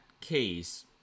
case